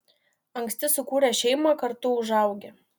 anksti sukūręs šeimą kartu užaugi